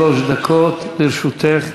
שלוש דקות לרשותך.